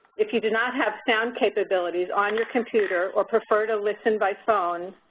if you do not have sound capabilities on your computer or prefer to listen by phone,